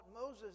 Moses